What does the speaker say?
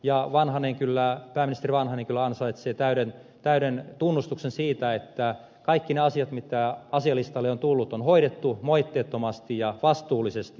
pääministeri vanhanen kyllä ansaitsee täyden tunnustuksen siitä että kaikki ne asiat mitkä asialistalle ovat tulleet on hoidettu moitteettomasti ja vastuullisesti